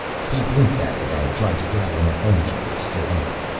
he blinked at it and tried to gather enough energy to sit up.